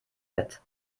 bett